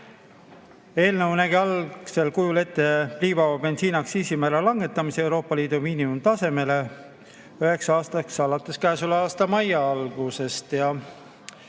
Eelnõu nägi algsel kujul ette pliivaba bensiini aktsiisimäära langetamise Euroopa Liidu miinimumtasemele üheks aastaks alates käesoleva aasta mai algusest.